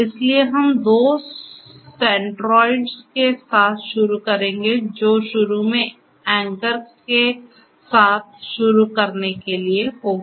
इसलिए हम दो सेंट्रोइड्स के साथ शुरू करेंगे जो शुरू में एंकर के साथ शुरू करने के लिए होगा